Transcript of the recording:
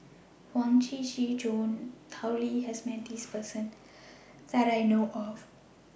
Huang Shiqi Joan and Tao Li has Met This Person that I know of